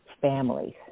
families